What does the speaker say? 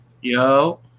Yo